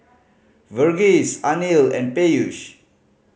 Verghese Anil and Peyush